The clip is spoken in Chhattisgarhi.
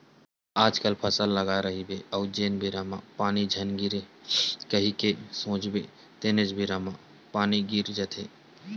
आजकल फसल लगाए रहिबे अउ जेन बेरा म पानी झन गिरय कही के सोचबे तेनेच बेरा म पानी गिर जाथे